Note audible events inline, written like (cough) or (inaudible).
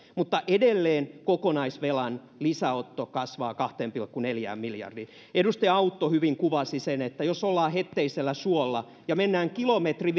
mutta edelleen kokonaisvelan lisäotto kasvaa kahteen pilkku neljään miljardiin edustaja autto kuvasi sen hyvin jos ollaan hetteisellä suolla ja mennään kilometri (unintelligible)